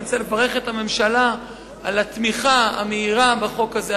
אני רוצה לברך את הממשלה על התמיכה המהירה בחוק הזה,